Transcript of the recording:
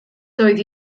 doedd